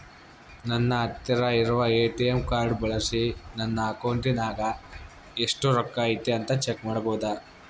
ನನ್ನ ಹತ್ತಿರ ಇರುವ ಎ.ಟಿ.ಎಂ ಕಾರ್ಡ್ ಬಳಿಸಿ ನನ್ನ ಅಕೌಂಟಿನಾಗ ಎಷ್ಟು ರೊಕ್ಕ ಐತಿ ಅಂತಾ ಚೆಕ್ ಮಾಡಬಹುದಾ?